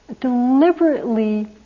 deliberately